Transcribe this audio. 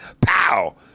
pow